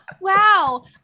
Wow